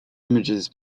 images